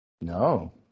No